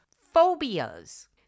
phobias